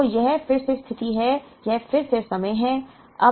तो यह फिर से स्थिति है यह फिर से समय है